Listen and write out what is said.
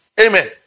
Amen